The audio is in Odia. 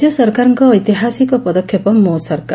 ରାଜ୍ୟ ସରକାରଙ୍କ ଐତିହାସିକ ପଦକ୍ଷେପ ମୋ ସରକାର